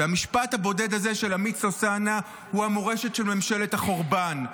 המשפט הבודד הזה של עמית סוסנה הוא המורשת של ממשלת החורבן,